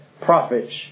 prophets